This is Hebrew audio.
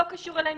לא קשור אלינו.